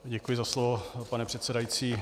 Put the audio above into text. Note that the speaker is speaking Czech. Děkuji za slovo, pane předsedající.